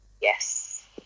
yes